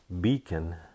beacon